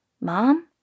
Mom